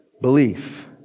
belief